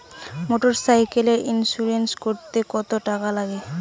মোটরসাইকেলের ইন্সুরেন্স করতে কত টাকা লাগে?